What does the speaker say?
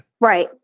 Right